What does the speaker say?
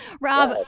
Rob